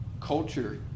Culture